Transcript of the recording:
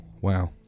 Wow